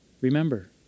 remember